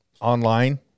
online